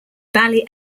bally